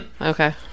Okay